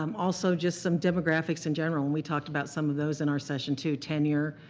um also, just some demographics in general, and we talked about some of those in our session too. tenure,